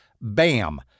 bam